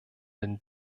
den